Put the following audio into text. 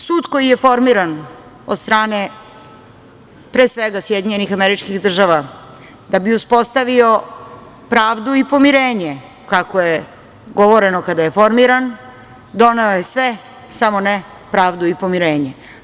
Sud koji je formiran od strane pre svega SAD, da bi uspostavio pravdu i pomirenje, kako je govoreno kada je formiran, doneo je sve, samo ne pravdu i pomirenje.